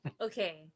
Okay